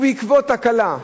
ובעקבות תקלה,